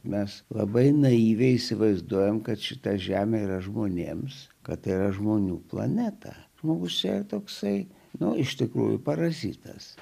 mes labai naiviai įsivaizduojame kad šita žemė yra žmonėms kad yra žmonių planeta žmogus čia toksai nu iš tikrųjų parazitas